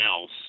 else